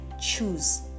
choose